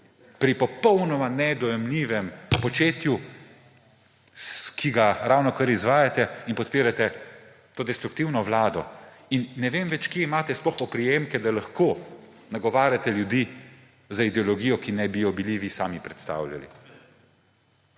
pri popolnoma nedojemljivem početju, ki ga ravnokar izvajate, in podpirate to destruktivno vlado. Ne vem več, kje sploh imate oprimke, da lahko nagovarjate ljudi z ideologijo, ki naj bi jo vi sami predstavljali.